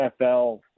NFL